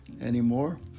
anymore